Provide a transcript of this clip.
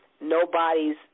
nobody's